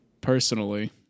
Personally